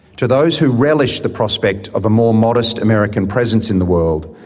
to those who relish the prospect of a more modest american presence in the world,